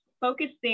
focusing